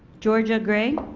georgia gray?